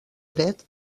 dret